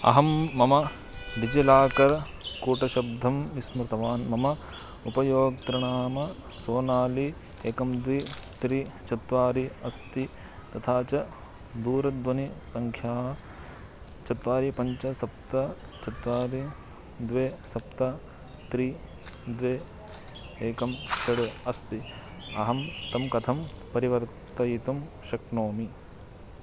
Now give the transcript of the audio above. अहं मम डिजिलाकर् कूटशब्दं विस्मृतवान् मम उपयोक्तृनाम सोनाली एकं द्वि त्रि चत्वारि अस्ति तथा च दूरध्वनिसङ्ख्या चत्वारि पञ्च सप्त चत्वारि द्वे सप्त त्रि द्वे एकं षड् अस्ति अहं तं कथं परिवर्तयितुं शक्नोमि